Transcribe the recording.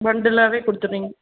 பண்டுலாகவே கொடுத்துருவீங்க